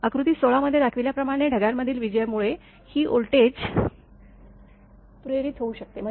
आकृती १६ मध्ये दाखवल्याप्रमाणे ढगांमधील विजेमुळे ही व्होल्टेज प्रेरित होऊ शकते